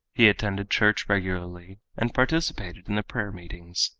he attended church regularly and participated in the prayer meetings.